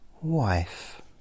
wife